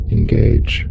Engage